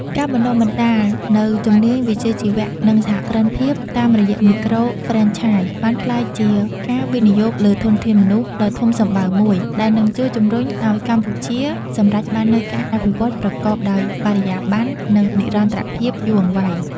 ការបណ្តុះបណ្តាលនូវជំនាញវិជ្ជាជីវៈ និងសហគ្រិនភាពតាមរយៈមីក្រូហ្វ្រេនឆាយ បានក្លាយជាការវិនិយោគលើធនធានមនុស្សដ៏ធំសម្បើមមួយ ដែលនឹងជួយជម្រុញឱ្យកម្ពុជាសម្រេចបាននូវការអភិវឌ្ឍប្រកបដោយបរិយាបន្ន និងនិរន្តរភាពយូរអង្វែង។